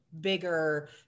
bigger